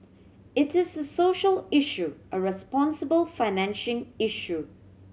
it is a social issue a responsible financing issue